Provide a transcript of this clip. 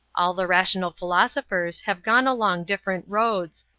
all the rational philosophers have gone along different roads,